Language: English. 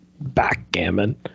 backgammon